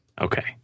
Okay